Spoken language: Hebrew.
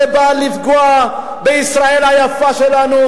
זה חוק בא לפגוע בישראל היפה שלנו,